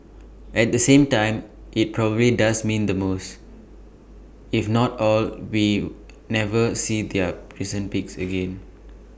at the same time IT probably does mean the most if not all will never see their recent peaks again